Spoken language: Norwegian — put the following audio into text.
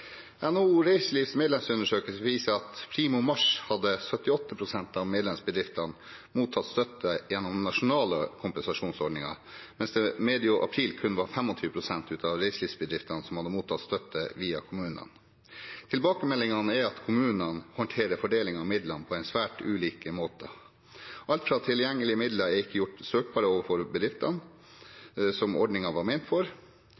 NHO Reiselivs medlemsundersøkelse viser at primo mars hadde 78 pst. av medlemsbedriftene mottatt støtte gjennom den nasjonale kompensasjonsordningen, mens det medio april kun var 25 pst. av reiselivsbedriftene som hadde mottatt støtte via kommunene. Tilbakemeldingene er at kommunene håndterer fordeling av midlene på svært ulike måter, alt fra at tilgjengelige midler ikke er gjort søkbare overfor bedriftene som ordningen er ment for,